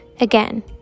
Again